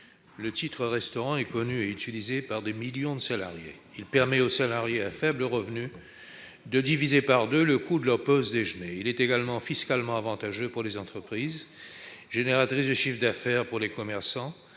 Le titre-restaurant est connu et utilisé par des millions de travailleurs. Il permet notamment aux salariés à faibles revenus de diviser par deux le coût de leur pause déjeuner. Il est également fiscalement avantageux pour les entreprises, générateur de chiffre d'affaires pour les commerçants